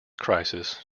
crisis